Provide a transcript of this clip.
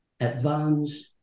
advanced